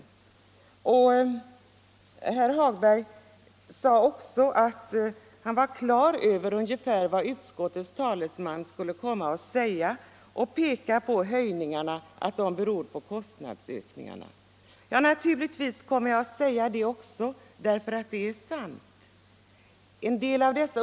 Herr Hagberg sade också att han var på det klara med att utskottets talesman skulle komma att peka på att höjningarna beror på kostnadsökningarna. Naturligtvis kommer jag att säga det, därför att det är sant.